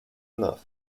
enough